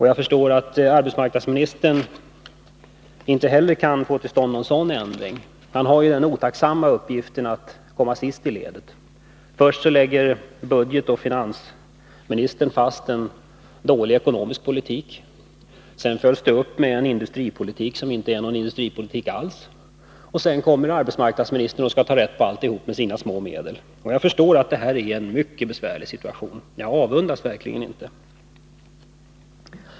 Jag förstår att arbetsmarknadsministern inte heller kan få till stånd någon sådan ändring. Han har ju den otacksamma uppgiften att komma sist i ledet. Först lägger ekonomioch budgetministern fast en dålig ekonomisk politik. Sedan följs detta upp med en industripolitik som inte är någon industripolitik alls, och så kommer arbetsmarknadsministern och skall ställa allt till rätta med sina små medel. Jag förstår att det här är en mycket besvärlig situation. Jag avundas verkligen inte arbetsmarknadsministern.